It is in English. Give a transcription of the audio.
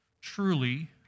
truly